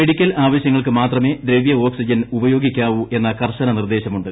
medical ആവശ്യങ്ങൾക്ക് മാത്രമേ ദ്രവൃ ഓക്സിജൻ ഉപയോഗിക്കാവൂ എന്ന കർശന നിർദ്ദേശവുമുണ്ട്